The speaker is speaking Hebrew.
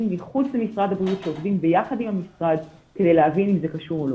מחוץ למשרד הבריאות שעובדים ביחד עם המשרד כדי להבין אם זה קשור או לא.